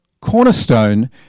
cornerstone